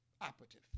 operative